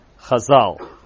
Chazal